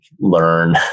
learn